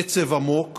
עצב עמוק